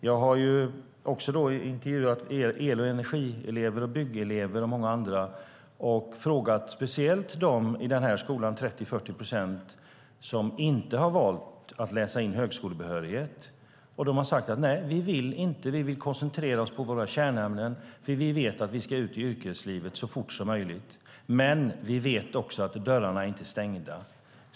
Jag har intervjuat elever på el och energiprogrammet, på byggprogrammet och många andra och frågat speciellt de 30-40 procent i denna skola som inte har valt att läsa in högskolebehörighet, och de har sagt: Nej, vi vill inte. Vi vill koncentrera oss på våra kärnämnen, för vi vet att vi ska ut i yrkeslivet så fort som möjligt. Men vi vet också att dörrarna inte är stängda.